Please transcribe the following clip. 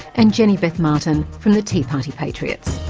and jenny beth martin from the tea party patriots.